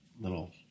Little